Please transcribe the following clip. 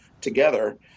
together